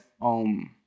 OM